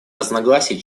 разногласий